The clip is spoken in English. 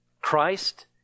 Christ